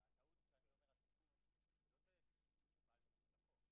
הטעות כשאני אומר התיקון, זה לא שמישהו פעל בניגוד